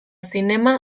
zinema